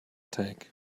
tank